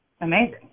Amazing